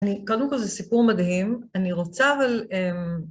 קודם כל זה סיפור מדהים, אני רוצה אבל...